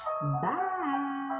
Bye